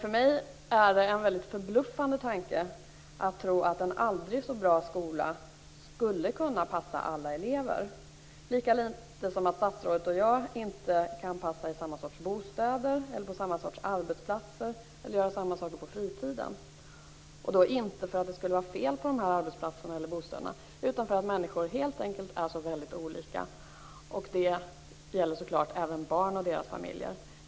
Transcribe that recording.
För mig är det en väldigt förbluffande tanke att tro att en aldrig så bra skola skulle kunna passa alla elever, lika litet som statsrådet och jag inte kan passa i samma sorts bostäder, på samma sorts arbetsplatser eller göra samma saker på fritiden. Det beror inte på att det skulle vara fel på dessa arbetsplatser eller bostäder, utan på att människor helt enkelt är så väldigt olika. Det gäller självklart också barn och deras familjer.